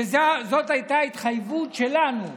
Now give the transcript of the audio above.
זאת הייתה התחייבות שלנו,